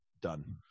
done